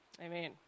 Amen